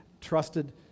trusted